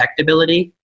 detectability